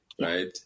right